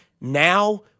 now